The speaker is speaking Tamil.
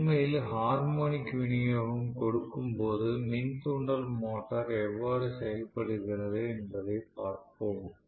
உண்மையில் ஹார்மோனிக் விநியோகம் கொடுக்கும் போது மின் தூண்டல் மோட்டார் எவ்வாறு செயல்படுகிறது என்பதைப் பார்ப்போம்